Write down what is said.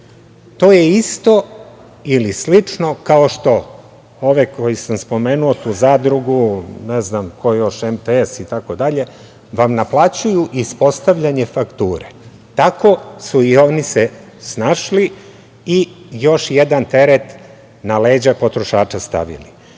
To je isto ili slično kao što ove koje sam spomenuo, tu zadrugu, ne znam ko još MTS, itd, vam naplaćuju ispostavljanje fakture. Tako su se i oni snašli i još jedan teret na leđa potrošača stavili.